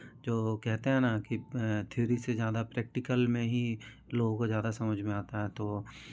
जो वो कहते हैं ना थ्योरी से ज़्यादा प्रैक्टिकल में ही लोगों को ज़्यादा समझ में आता है तो